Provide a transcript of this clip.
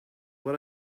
what